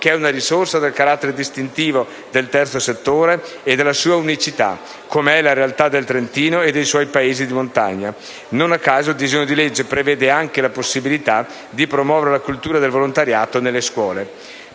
che è una risorsa del carattere distintivo del terzo settore e della sua unicità, come è la realtà del Trentino e dei suoi paesi di montagna. Non a caso il disegno di legge prevede anche la possibilità di promuovere la cultura del volontariato nelle scuole.